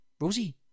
Rosie